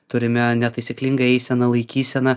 turime netaisyklingą eiseną laikyseną